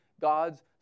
God's